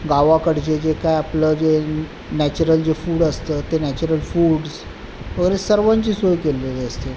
गावाकडचे जे काय आपलं जे नॅचरल जे फूड असतं ते नॅचरल फूड्स वगैरे सर्वांची सोय केलेली असते